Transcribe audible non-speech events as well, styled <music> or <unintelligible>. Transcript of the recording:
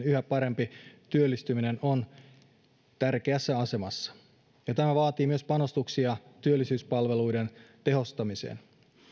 <unintelligible> yhä parempi työllistyminen on tärkeässä asemassa tämä vaatii myös panostuksia työllisyyspalveluiden tehostamiseen